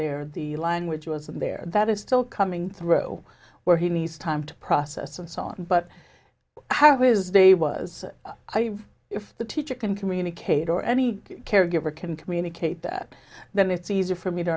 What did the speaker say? there the language was in there that are still coming through where he needs time to process and so on but how his day was if the teacher can communicate or any caregiver can communicate that then it's easier for me to